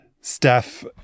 Steph